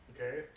Okay